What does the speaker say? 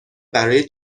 برای